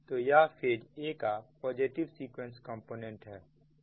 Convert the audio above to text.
तो यह phase a का पॉजिटिव सीक्वेंस कंपोनेंट है